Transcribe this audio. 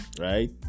right